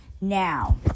Now